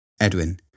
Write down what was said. Edwin